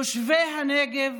תושבי הנגב